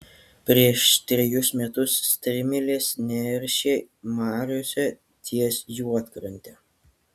prieš trejus metus strimelės neršė mariose ties juodkrante